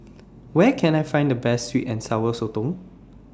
Where Can I Find The Best Sweet and Sour Sotong